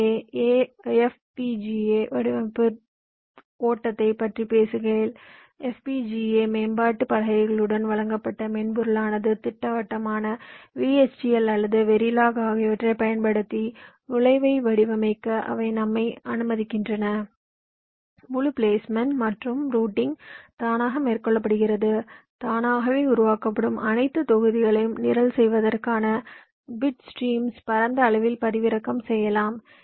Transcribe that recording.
எனவே FPGA வடிவமைப்பு ஓட்டத்தைப் பற்றி பேசுகையில் FPGA மேம்பாட்டு பலகைகளுடன் வழங்கப்பட்ட மென்பொருளானது திட்டவட்டமான VHDL அல்லது வெரிலாக் ஆகியவற்றைப் பயன்படுத்தி நுழைவை வடிவமைக்க அவை நம்மை அனுமதிக்கின்றனமுழு பிளேஸ்மெண்ட் மற்றும் ரூட்டிங் தானாகவே மேற்கொள்ளப்படுகிறது தானாகவே உருவாக்கப்படும் அனைத்து தொகுதிகளையும் நிரல் செய்வதற்கான பிட் ஸ்ட்ரீம் பரந்த அளவில் பதிவிறக்கம் செய்யலாம்